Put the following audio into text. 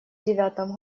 девятом